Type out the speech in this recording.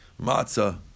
matzah